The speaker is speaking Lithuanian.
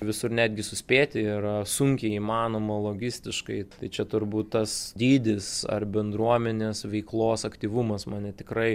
visur netgi suspėti yra sunkiai įmanoma logistiškai tai čia turbūt tas dydis ar bendruomenės veiklos aktyvumas mane tikrai